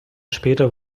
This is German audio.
später